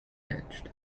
edged